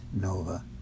Nova